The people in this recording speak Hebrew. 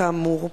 כאמור,